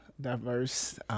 diverse